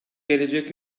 gelecek